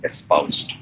espoused